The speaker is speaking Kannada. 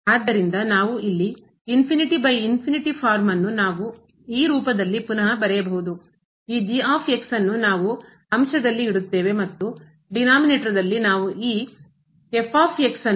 ಆದ್ದರಿಂದ ನಾವು ಇಲ್ಲಿ 00 ಫಾರ್ಮ್ ಅನ್ನು ನಾವು ಈ ರೂಪದಲ್ಲಿ ಪುನಃ ಬರೆಯಬಹುದು ಈ ಅನ್ನು ನಾವು ಅಂಶದಲ್ಲಿ ಮತ್ತು ಡೀನಾಮಿನೇಟರ್ ದಲ್ಲಿ ನಾವು ಈ f ಅನ್ನು